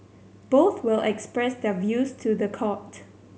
both will express their views to the court